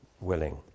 willing